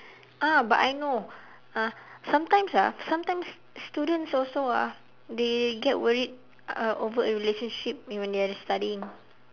ah but I know uh sometimes ah sometimes students also ah they get worried uh over a relationship when they are studying